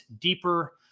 deeper